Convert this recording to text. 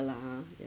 lah ah ya